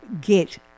get